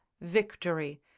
victory